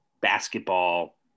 basketball